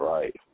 Right